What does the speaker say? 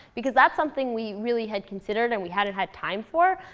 because that's something we really had considered and we hadn't had time for.